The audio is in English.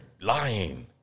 lying